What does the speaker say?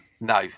No